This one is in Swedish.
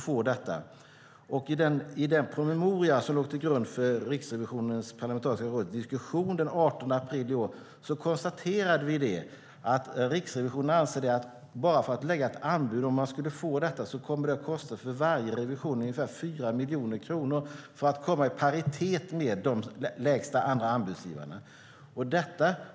I den promemoria som låg till grund för Riksrevisionens parlamentariska råds diskussion den 18 april i år konstaterades att Riksrevisionen anser att det bara för att lägga ett anbud för att få uppdraget skulle kosta ungefär 4 miljoner kronor för varje revision för att komma i paritet med de lägsta andra anbudsgivarna. Fru talman!